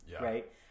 right